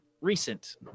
recent